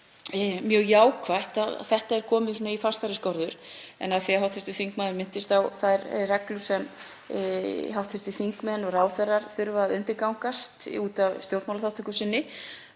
mjög jákvætt, að þetta er komið í fastari skorður. En af því að hv. þingmaður minntist á þær reglur sem hv. þingmenn og ráðherrar þurfa að undirgangast út af stjórnmálaþátttöku sinni